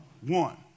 One